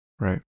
right